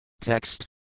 Text